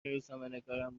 روزنامهنگاران